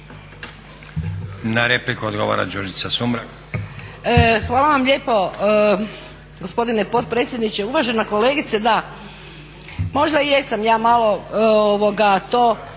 Sumrak. **Sumrak, Đurđica (HDZ)** Hvala vam lijepo gospodine potpredsjedniče. Uvažena kolegice da, možda ja jesam malo to